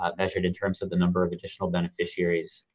um measured in terms of the number of additional beneficiaries.